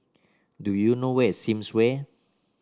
do you know where is Sims Way